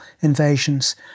invasions